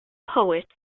poet